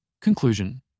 Conclusion